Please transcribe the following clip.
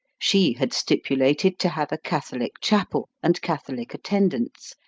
she had stipulated to have a catholic chapel, and catholic attendants,